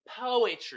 Poetry